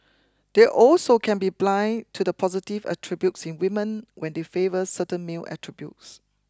they also can be blind to the positive attributes in women when they favour certain male attributes